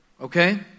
Okay